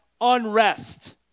unrest